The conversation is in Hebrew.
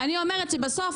אני אומרת שבסוף,